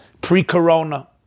pre-corona